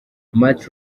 matt